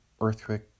earthquake